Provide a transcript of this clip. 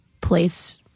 place